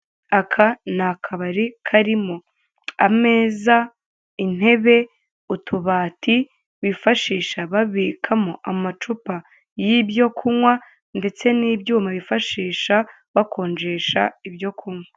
Aka ni akabari karimo ameza, intebe, utubati bifashisha babikamo amacupa yibyo kunywa ndetse n'ibyuma bifashisha bakonjesha ibyo kunywa.